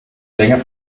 länger